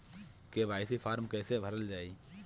KYC form कइसे भरल जाइ?